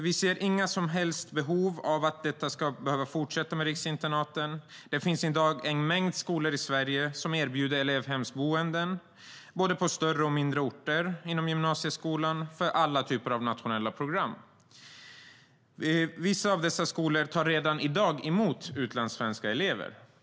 Vi ser inga som helst behov av att dessa riksinternat ska fortsätta. Det finns i dag en mängd skolor i Sverige som erbjuder elevhemsboenden, både på större och på mindre orter, inom gymnasieskolans alla nationella program. Vissa av dessa skolor tar redan i dag emot utlandssvenska elever.